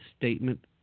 statement